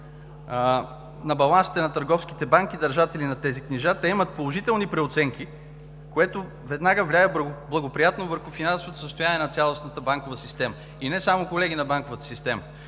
на балансите на търговските банки – държатели на тези книжа. Те имат положителни преоценки, което веднага влияе благоприятно върху финансовото състояние на цялостната банкова система. И не само, колеги, на банковата система.